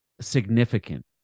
significant